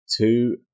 two